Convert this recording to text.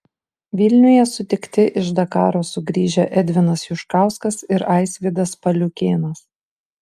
vilniuje sutikti iš dakaro sugrįžę edvinas juškauskas ir aisvydas paliukėnas